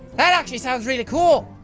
that actually sounds really cool.